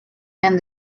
and